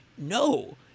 no